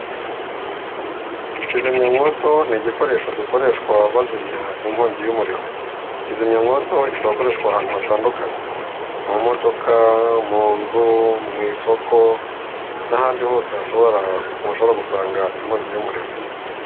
Kizimyamwoto n'igikoresho gikoreshwa bazimya inkongi y'umuriro kizimyawoto ishobora gukoreshwa ahantu hatandukanye mu modoka, mu nzu, mu isoko n'ahandi hose bashobora gusanga inkongi y'umuriro.